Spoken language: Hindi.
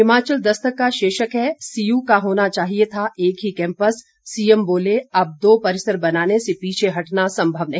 हिमाचल दस्तक का शीर्षक है सीयू का होना चाहिये था एक ही कैंपस सीएम बोले अब दो परिसर बनाने से पीछे हटना सम्भव नहीं